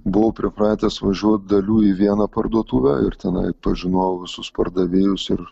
buvau pripratęs važiuot dalių į vieną parduotuvę ir tenai pažinojau visus pardavėjus ir